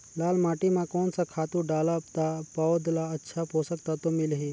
लाल माटी मां कोन सा खातु डालब ता पौध ला अच्छा पोषक तत्व मिलही?